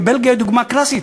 ובלגיה היא דוגמה קלאסית.